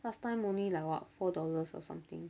last time only like what four dollars or something